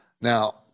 Now